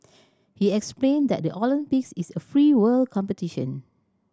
he explain that the Olympics is a free world competition